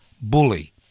bully